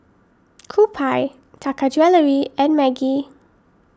Kewpie Taka Jewelry and Maggi